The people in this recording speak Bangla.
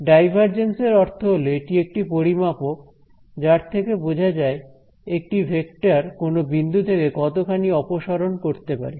ডাইভারজেন্স এর অর্থ হলো এটি একটি পরিমাপক যার থেকে বোঝা যায় একটি ভেক্টর কোন বিন্দু থেকে কতখানি অপসরণ করতে পারে